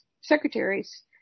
secretaries